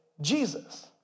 Jesus